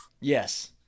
Yes